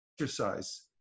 exercise